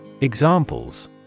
Examples